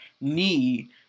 knee